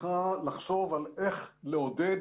צריכה לחשוב על איך לעודד